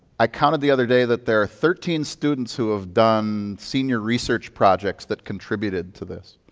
i counted the other day that there are thirteen students who have done senior research projects that contributed to this